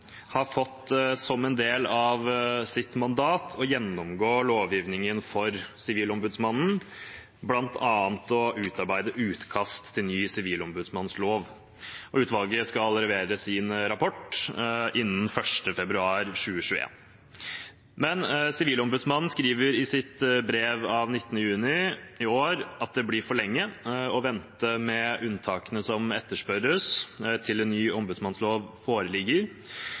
har fått som en del av sitt mandat å gjennomgå lovgivningen for Sivilombudsmannen, bl.a. å utarbeide utkast til ny sivilombudsmannslov. Utvalget skal levere sin rapport innen 1. februar 2021. Men Sivilombudsmannen skriver i sitt brev av 19. juni i fjor at det blir for lenge å vente med unntakene som etterspørres, til en ny ombudsmannslov foreligger.